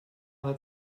hat